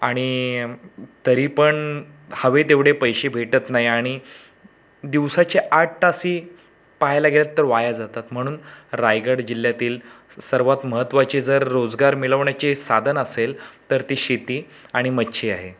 आणि तरी पण हवे तेवढे पैसे भेटत नाही आणि दिवसाचे आठ तासही पहायला गेलं तर वाया जातात म्हणून रायगड जिल्ह्यातील सर्वात महत्त्वाचे जर रोजगार मिळवण्याचे साधन असेल तर ती शेती आणि मच्छी आहे